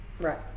right